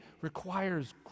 requires